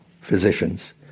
physicians